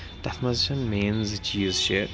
تتھ منٛز چھَنہٕ مین زٕ چیٖز چھِ